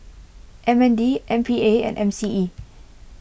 M N D M P A and M C E